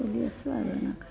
চলি আছোঁ আৰু এনেকৈ